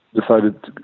decided